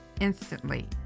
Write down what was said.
instantly